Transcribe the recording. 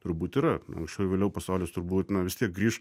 turbūt yra anksčiau ar vėliau pasaulis turbūt na vis tiek grįš